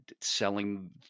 selling